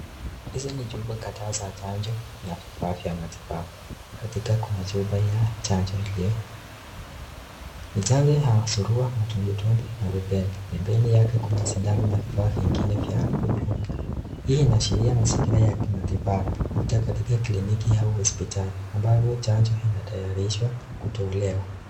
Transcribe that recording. Hizi ni chupa kadhaa za chanjo na vifaa vya matibabu kuna chupa ya chanjo ya surua, vitumbwitumbi na rubela. Pembeni yake kuna sindano na vifaa vingine vya kudunga, hii inaashiria mzingira ya kimatibabu labda katika kliniki ama hospitali ambapo chanjo inatayarishwa kutolewa.